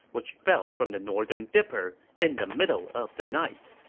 which fell from the northern dipper in the middle of the night.